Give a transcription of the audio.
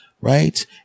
right